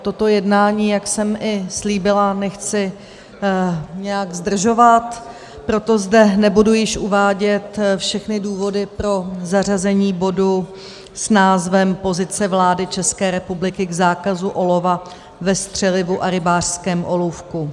Toto jednání, jak jsem i slíbila, nechci nějak zdržovat, proto zde nebudu již uvádět všechny důvody pro zařazení bodu s názvem Pozice vlády České republiky k zákazu olova ve střelivu a rybářském olůvku.